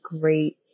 great